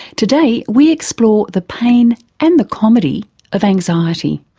today we explore the pain and the comedy of anxiety.